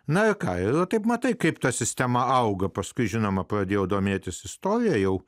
na ką ir taip matai kaip ta sistema auga paskui žinoma pradėjau domėtis istorija jau